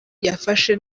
yafashe